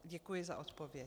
Děkuji za odpověď.